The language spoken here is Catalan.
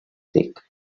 tic